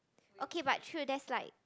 okay but true there's like